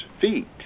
feet